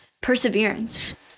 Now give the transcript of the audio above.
Perseverance